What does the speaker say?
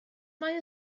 mae